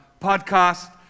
podcast